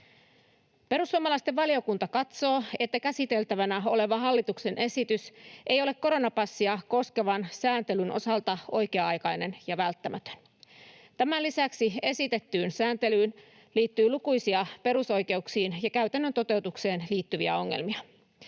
Perussuomalaisten valiokunta katsoo, että käsiteltävänä oleva hallituksen esitys ei ole koronapassia koskevan sääntelyn osalta oikea-aikainen ja välttämätön. Tämän lisäksi esitettyyn sääntelyyn liittyy lukuisia perusoikeuksiin ja käytännön toteutukseen liittyviä ongelmia.